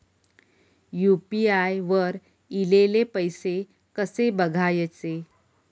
UPI वर ईलेले पैसे कसे बघायचे?